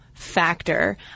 factor